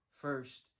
First